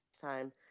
time